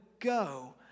go